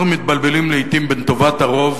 אנחנו מתבלבלים לעתים בין טובת הרוב